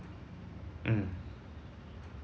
mm